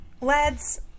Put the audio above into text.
lads